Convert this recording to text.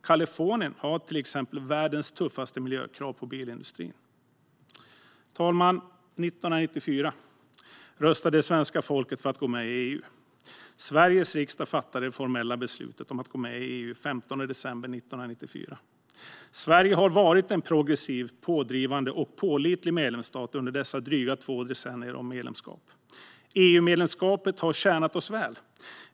Kalifornien har till exempel världens tuffaste miljökrav för bilindustrin. Herr talman! År 1994 röstade svenska folket för att gå med i EU. Sveriges riksdag fattade det formella beslutet om att gå med i EU den 15 december 1994. Sverige har varit en progressiv, pådrivande och pålitlig medlemsstat under dessa dryga två decennier av medlemskap. EU-medlemskapet har tjänat oss väl.